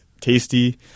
tasty